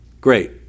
great